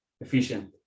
efficient